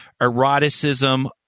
eroticism